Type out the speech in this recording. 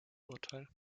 urteil